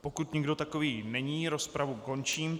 Pokud nikdo takový není, rozpravu končím.